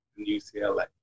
UCLA